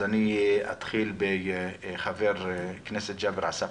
אני אתחיל בחבר הכנסת ג'אבר עסאקלה.